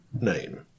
name